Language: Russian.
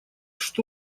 что